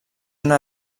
una